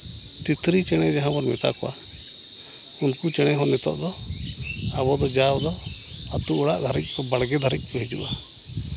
ᱛᱤᱛᱨᱤ ᱪᱮᱬᱮ ᱡᱟᱦᱟᱸ ᱵᱚᱱ ᱢᱮᱛᱟ ᱠᱚᱣᱟ ᱩᱱᱠᱩ ᱪᱮᱬᱮ ᱦᱚᱸ ᱱᱤᱛᱚᱜ ᱫᱚ ᱟᱵᱚ ᱫᱚ ᱡᱟᱣ ᱫᱚ ᱟᱛᱳ ᱚᱲᱟᱜ ᱫᱷᱟᱨᱮ ᱵᱟᱲᱜᱮ ᱫᱷᱟᱹᱨᱤᱡ ᱠᱚ ᱦᱤᱡᱩᱜᱼᱟ